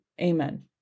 amen